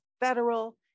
federal